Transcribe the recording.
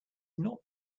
not